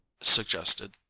suggested